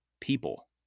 people